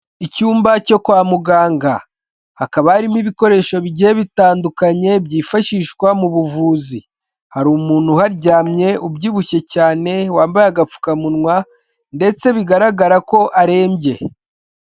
Icyumba cyo kwa muganga, hakaba harimo ibikoresho bitandukanye byifashishwa mu buvuzi, hari umuntu uharyamye ubyibushye cyane wambaye agapfukamunwa, ndetse bigaragara ko arembye.